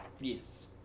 Yes